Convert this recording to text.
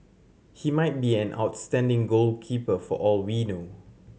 he might be an outstanding goalkeeper for all we know